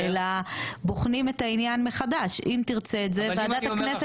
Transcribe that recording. אלא בוחנים את העניין מחדש אם תרצה את זה ועדת הכנסת